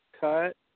cut